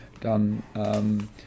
done